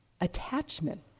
attachment